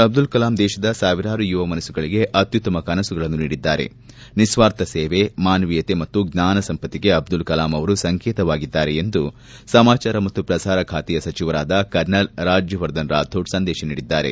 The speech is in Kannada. ಅಬ್ದುಲ್ ಕಲಾಂ ದೇಶದ ಸಾವಿರಾರು ಯುವ ಮನಸ್ಸುಗಳಿಗೆ ಅತ್ಯುತ್ತಮ ಕನಸುಗಳನ್ನು ನೀಡಿದ್ದಾರೆ ನಿಸ್ವಾರ್ಥ ಸೇವೆ ಮಾನವೀಯತೆ ಮತ್ತು ಜ್ವಾನಸಂಪತ್ತಿಗೆ ಅಬ್ದುಲ್ ಕಲಾಂ ಅವರು ಸಂಕೇತವಾಗಿದ್ದಾರೆ ಎಂದು ಸಮಾಚಾರ ಮತ್ತು ಪ್ರಸಾರ ಖಾತೆಯ ಸಚಿವರಾದ ಕರ್ನಲ್ ರಾಜ್ಲವರ್ಧನ್ ರಾಥೋಡ್ ಸಂದೇಶ ನೀಡಿದ್ದಾರೆ